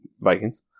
Vikings